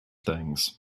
things